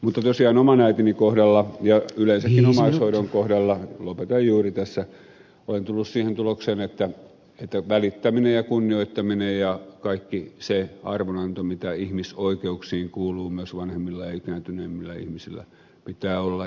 mutta tosiaan oman äitini kohdalla ja yleensäkin omaishoidon kohdalla lopetan juuri tässä olen tullut siihen tulokseen että välittäminen ja kunnioittaminen ja kaikki se arvonanto mitä ihmisoikeuksiin kuuluu myös vanhemmilla ja ikääntyneemmillä ihmisillä pitää olla